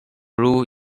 grew